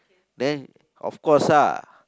then of course lah